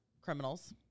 criminals